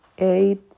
eight